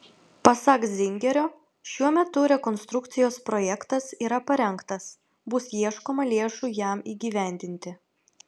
pasak zingerio šiuo metu rekonstrukcijos projektas yra parengtas bus ieškoma lėšų jam įgyvendinti